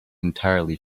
entirely